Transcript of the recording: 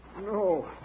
No